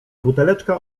buteleczka